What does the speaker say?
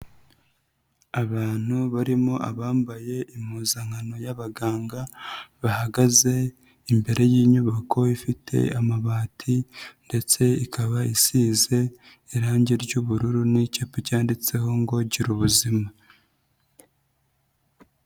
Abantu barimo abambaye impuzankano y'abaganga, bahagaze imbere y'inyubako ifite amabati ndetse ikaba isize irangi ry'ubururu n'icyapa cyanditseho ngo girubuzima.